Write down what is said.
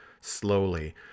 slowly